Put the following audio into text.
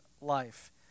life